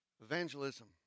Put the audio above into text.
Evangelism